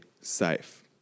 safe